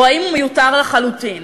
או שהוא מיותר לחלוטין,